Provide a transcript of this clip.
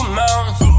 mountains